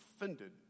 offended